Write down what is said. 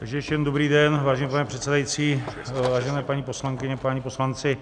Ještě jednou dobrý den, vážený pane předsedající, vážené paní poslankyně, páni poslanci.